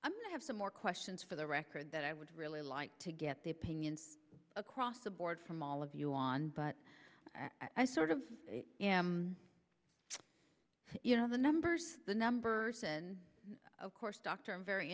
i'm going to have some more questions for the record that i would really like to get the opinions across the board from all of you on but i sort of you know the numbers the numbers and of course dr i'm very